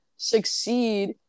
Succeed